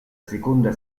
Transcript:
seconda